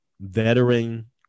veteran